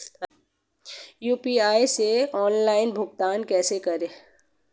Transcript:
UPI से online भुगतान कैसे करें?